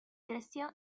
creció